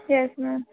yes ma'am